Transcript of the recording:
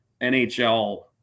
NHL